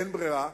אין ברירה,